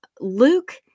Luke